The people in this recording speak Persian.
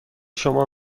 شما